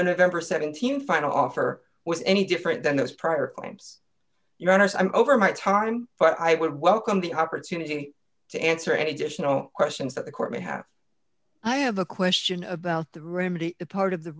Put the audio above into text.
an event or seventeen final offer was any different than those prior claims your honour's i'm over my time but i would welcome the opportunity to answer any additional questions that the court may have i have a question about the remedy part of the